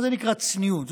מה זה נקרא צניעות?